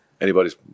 Anybody's